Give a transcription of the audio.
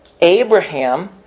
Abraham